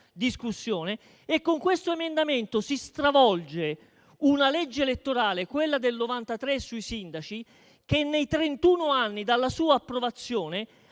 discussione. Con questo emendamento si stravolge una legge elettorale, quella del 1993 sui sindaci, che nei trentuno anni dalla sua approvazione